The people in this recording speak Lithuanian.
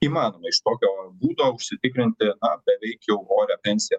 įmanoma iš tokio būdo užsitikrinti na beveik jau orią pensiją